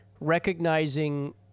recognizing